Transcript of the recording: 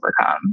overcome